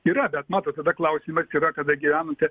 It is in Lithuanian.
yra bet matot tada klausimas yra kada gyvenate